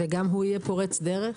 גם הוא יהיה פורץ דרך.